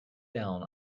down